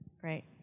Great